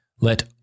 Let